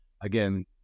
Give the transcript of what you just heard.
again